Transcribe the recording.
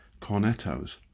cornetos